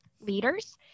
leaders